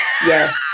Yes